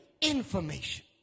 Information